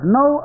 no